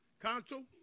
council